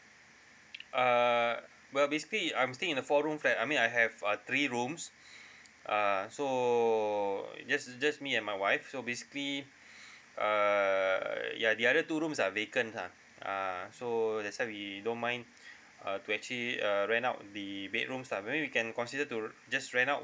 err but basically I'm staying in a four room flat I mean I have uh three rooms uh so just just me and my wife so basically err ya the other two rooms are vacant lah uh so that's why we don't mind uh to actually uh rent out the bedrooms lah maybe we can consider to just rent out